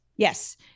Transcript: Yes